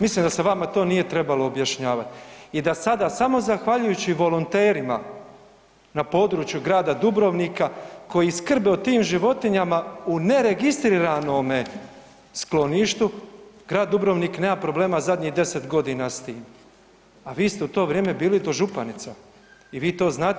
Mislim da se vama to nije trebalo objašnjavati i da sada samo zahvaljujući volonterima na području Grada Dubrovnika koji skrbe o tim životinjama u neregistriranome skloništu Grad Dubrovnik nema problema zadnjih 10 godina s tim, a vi ste u to vrijeme bili dožupanica i vi to znate.